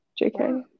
JK